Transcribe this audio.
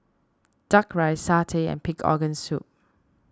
Duck Rice Satay and Pig's Organ Soup